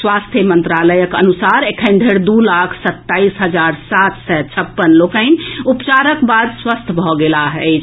स्वास्थ्य मंत्रालयक अनुसार एखन धरि दू लाख सत्ताईस हजार सात सय छप्पन लोक उपचारक बाद स्वस्थ भऽ गेलाह अछि